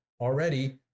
already